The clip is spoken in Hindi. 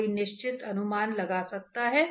तो यह तीनों आयामों में हो सकता है